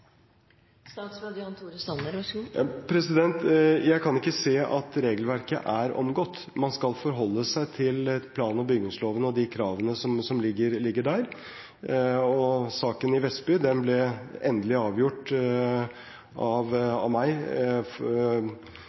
Jeg kan ikke se at regelverket er omgått. Man skal forholde seg til plan- og bygningsloven og de kravene som ligger der. Saken i Vestby ble endelig avgjort av meg